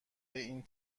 این